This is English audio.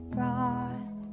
Brought